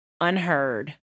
unheard